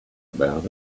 about